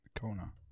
Kona